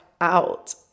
out